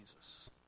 Jesus